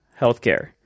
healthcare